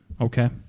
Okay